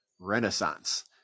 renaissance